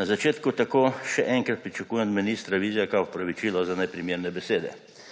Na začetku tako še enkrat pričakujem od ministra Vizjaka opravičilo za neprimerne besede.